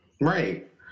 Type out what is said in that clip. Right